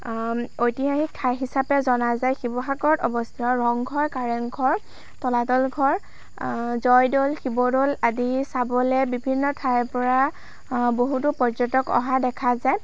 ঐতিহাসিক ঠাই হিচাপে জনা যায় শিৱসাগৰত অৱশ্য়ে ৰংঘৰ কাৰেং ঘৰ তলাতল ঘৰ জয়দ'ল শিৱদ'ল আদি চাবলৈ বিভিন্ন ঠাইৰ পৰা বহুতো পৰ্য্য়টক অহা দেখা যায়